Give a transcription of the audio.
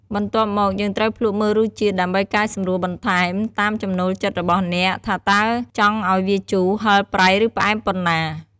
បន្ទាប់មក យើងត្រូវភ្លក្សមើលរសជាតិ ដើម្បីកែសម្រួលបន្ថែមតាមចំណូលចិត្តរបស់អ្នក ថាតើចង់ឲ្យវាជូរ ហឹរ ប្រៃ ឬផ្អែមប៉ុណ្ណា។